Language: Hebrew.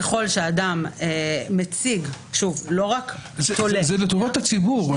ככל שאדם מציג --- זה לטובת הציבור.